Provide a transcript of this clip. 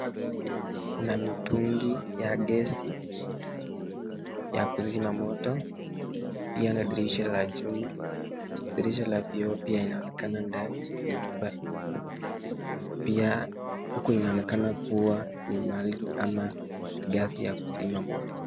Kuna mitungi ya gesi ya kuzima moto pia na dirisha la chuma. Dirisha la vioo pia inaonekana ndani. Pia huku inaonekana kuwa ni mahali ama gasi ya kuzima moto.